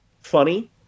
funny